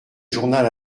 journal